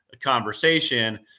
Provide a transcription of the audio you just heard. conversation